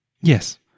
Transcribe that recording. Yes